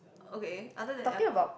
okay other than airport